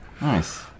Nice